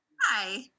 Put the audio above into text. Hi